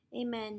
Amen